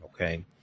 okay